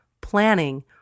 planning